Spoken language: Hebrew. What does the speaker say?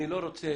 אני לא רוצה